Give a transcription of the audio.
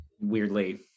Weirdly